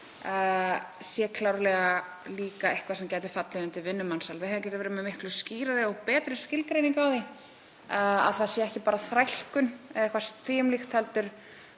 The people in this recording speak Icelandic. sé klárlega líka eitthvað sem gæti fallið undir vinnumansal. Við hefðum getað verið með miklu skýrari og betri skilgreiningu á því að það sé ekki bara þrælkun eða eitthvað því um líkt heldur